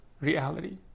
reality